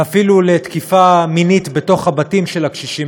ואפילו תקיפה מינית בתוך הבתים של הקשישים,